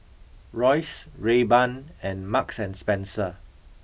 Royce Rayban and Marks and Spencer